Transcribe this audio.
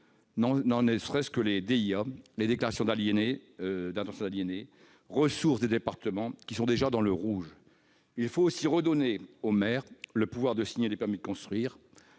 qui concerne les DIA, les déclarations d'intention d'aliéner. Ces ressources des départements sont déjà dans le rouge. Il faut aussi redonner au maire le pouvoir de signer des permis de construire.